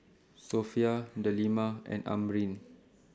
Sofea Delima and Amrin